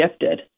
gifted